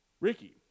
Ricky